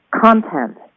content